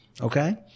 Okay